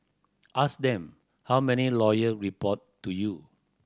ask them how many lawyer report to you